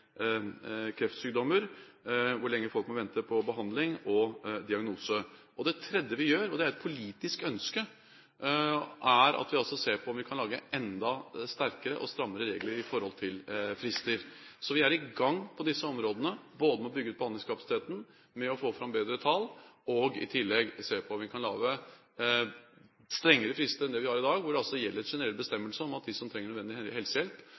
kreftsykdommer, hvor lenge folk må vente på diagnose og behandling. Det tredje vi gjør – og det er et politisk ønske – er at vi ser på om vi kan lage enda sterkere og strammere regler når det gjelder frister. Så vi er i gang på disse områdene, både med å bygge ut behandlingskapasiteten, med å få fram bedre tall og i tillegg se på om vi kan lage strengere frister enn vi har i dag, hvor det gjelder en generell bestemmelse om at de som trenger nødvendig helsehjelp,